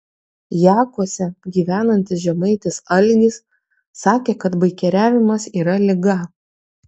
jakuose gyvenantis žemaitis algis sakė kad baikeriavimas yra liga